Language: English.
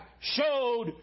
showed